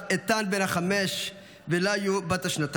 איתן בן החמש וליו בת השנתיים.